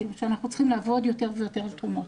כי אנחנו צריכים לעבוד יותר ויותר עם תרומות.